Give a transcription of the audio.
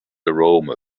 aroma